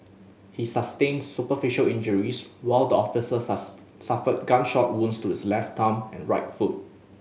he sustained superficial injuries while the officer suffered gunshot wounds to his left thumb and right foot